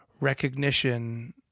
recognition